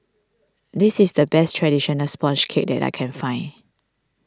this is the best Traditional Sponge Cake that I can find